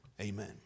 amen